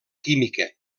química